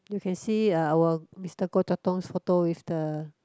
you can see our Mister Goh-Chok-Tong photo with the